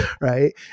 Right